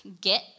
Get